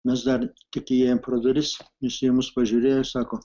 mes dar tik įėjom pro duris jisai į mus pažiūrėjo ir sako